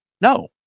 No